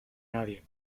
nadie